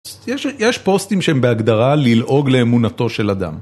יש פוסטים שהם בהגדרה ללעוג לאמונתו של אדם.